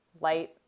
light